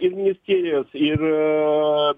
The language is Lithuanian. ir ministerijos ir